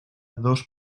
dos